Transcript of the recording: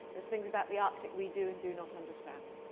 there's things about the arctic we do and do not understand.